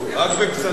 בפסנתר.